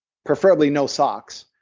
preferably no socks,